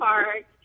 Park